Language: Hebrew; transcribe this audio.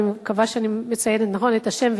אני מקווה שאני מציינת נכון את השם,